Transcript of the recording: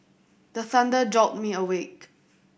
the thunder jolt me awake